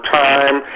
time